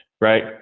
right